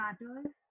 matters